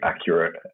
accurate